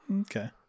Okay